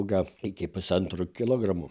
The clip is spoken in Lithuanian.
gal iki pusantro kilogramo